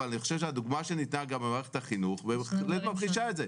אבל אני חושב שהדוגמה שניתנה על מערכת החינוך בהחלט ממחישה את זה.